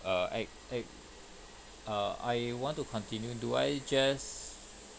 err act~ act~ err I want to continue do I just